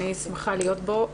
אני שמחה להיות פה.